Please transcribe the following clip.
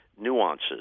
nuances